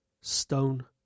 Stone